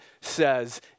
says